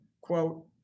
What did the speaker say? quote